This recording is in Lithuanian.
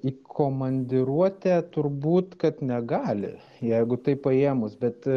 į komandiruotę turbūt kad negali jeigu taip paėmus bet